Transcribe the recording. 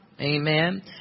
Amen